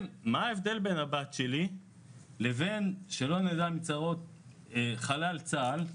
מה ההבדל בין הבת שלי לבין חלל צה"ל,